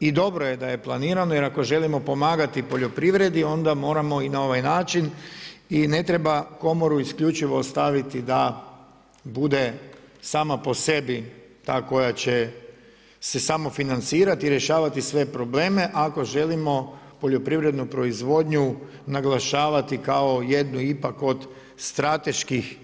I dobro je da je planirano, jer ako želimo pomagati poljoprivredi onda moramo i na ovaj način i ne treba komoru isključivo ostaviti da bude sama po sebi ta koja će se samofinancirati, rješavati sve probleme, ako želimo poljoprivrednu proizvodnju naglašavati kao jednu ipak od strateških